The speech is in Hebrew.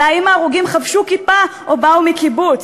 אלא אם ההרוגים חבשו כיפה או באו מקיבוץ,